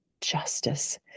justice